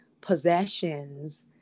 possessions